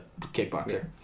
kickboxer